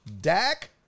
Dak